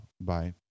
Bye